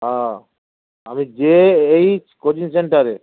হ্যাঁ আমি যেয়ে এই কোচিং সেন্টারে